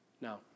Now